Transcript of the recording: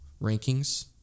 rankings